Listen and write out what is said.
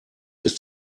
ist